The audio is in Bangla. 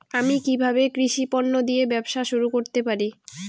আমি কিভাবে কৃষি পণ্য দিয়ে ব্যবসা শুরু করতে পারি?